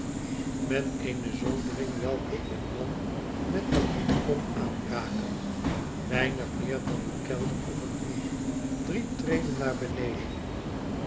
met eene zoldering welke een man met de hand kon aanraken weinig meer dan een kelder of een hol drie treden naar beneden